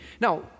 Now